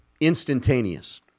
instantaneous